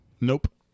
Nope